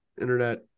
internet